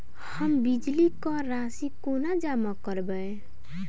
हम बिजली कऽ राशि कोना जमा करबै?